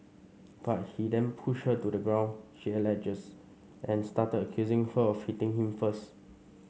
but he then pushed her to the ground she alleges and started accusing her of hitting him first